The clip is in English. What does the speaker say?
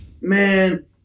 man